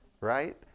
right